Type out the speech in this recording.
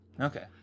Okay